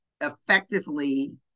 effectively